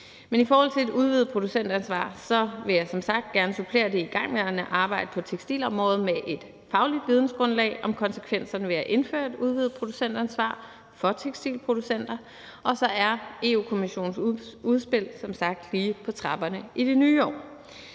Men i forhold til et udvidet producentansvar vil jeg som sagt gerne supplere det igangværende arbejde på tekstilområdet med et fagligt vidensgrundlag om konsekvenserne ved at indføre et udvidet producentansvar for tekstilproducenter, og så er Europa-Kommissionens udspil som sagt lige på trapperne i det nye år.